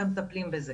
ומטפלים בזה.